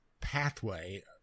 pathway